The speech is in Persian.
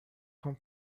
خوام